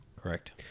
Correct